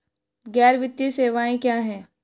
गैर वित्तीय सेवाएं क्या हैं?